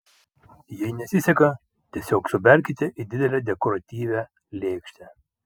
jei nesiseka tiesiog suberkite į didelę dekoratyvią lėkštę